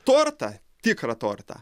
tortą tikrą tortą